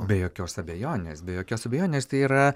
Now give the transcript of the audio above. be jokios abejonės be jokios abejonės tai yra